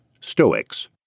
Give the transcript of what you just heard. Stoics